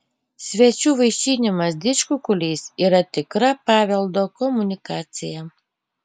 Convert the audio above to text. svečių vaišinimas didžkukuliais yra tikra paveldo komunikacija